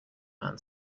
man